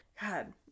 God